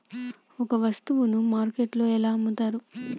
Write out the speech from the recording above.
ఒక వస్తువును మార్కెట్లో ఎలా అమ్ముతరు?